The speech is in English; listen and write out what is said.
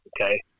okay